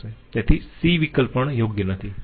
તેથી c વિકલ્પ પણ યોગ્ય નથી